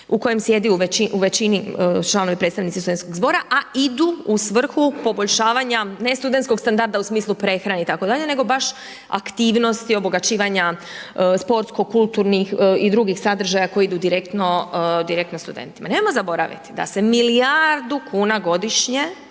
u kojem sjedi u većini članovi predstavnici studentskog zbora a idu u svrhu poboljšavanja ne studentskog standarda u smislu prehrane itd. nego baš aktivnosti obogaćivanja sportsko-kulturnih i drugih sadržaja koji idu direktno studentima. Nemojmo zaboraviti da se milijardu kuna godišnje